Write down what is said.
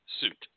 suit